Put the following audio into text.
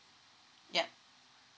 yup